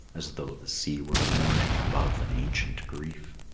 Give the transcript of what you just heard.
as though the sea were mourning above an ancient grief.